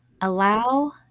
allow